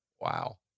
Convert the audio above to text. Wow